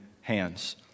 hands